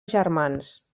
germans